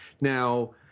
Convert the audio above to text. Now